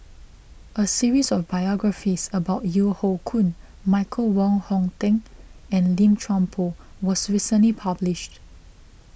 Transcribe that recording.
a series of biographies about Yeo Hoe Koon Michael Wong Hong Teng and Lim Chuan Poh was recently published